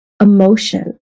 emotion